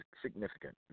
significant